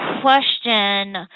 question